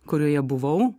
kurioje buvau